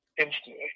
instantly